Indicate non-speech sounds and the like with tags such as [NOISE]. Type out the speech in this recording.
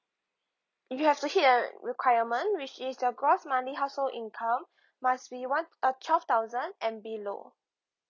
you have to hit a requirement which is your gross monthly household income [BREATH] must be one uh twelve thousand and below